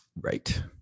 Right